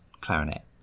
clarinet